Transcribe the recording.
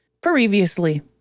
Previously